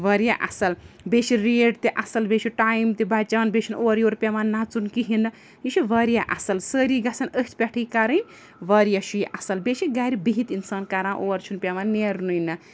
واریاہ اَصٕل بیٚیہِ چھِ ریٹ تہِ اَصٕل بیٚیہِ چھُ ٹایم تہِ بَچان بیٚیہِ چھُنہٕ اورٕ یورٕ پیٚوان نَژُن کِہیٖنۍ نہٕ یہِ چھُ واریاہ اَصٕل سٲری گَژھن أتھۍ پٮ۪ٹھٕے کَرٕنۍ واریاہ چھُ یہِ اَصٕل بیٚیہِ چھِ گَرِ بِہِتھ اِنسان کَران اورٕ چھُنہٕ پیٚوان نیرنُے نہٕ